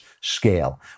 scale